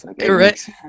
Correct